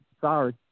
Sorry